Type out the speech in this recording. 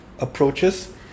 approaches